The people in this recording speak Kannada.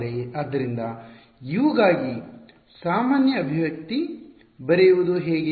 ಆದ್ದರಿಂದ U ಗಾಗಿ ಸಾಮಾನ್ಯ ಅಭಿವ್ಯಕ್ತಿ ಬರೆಯುವುದು ಹೇಗೆ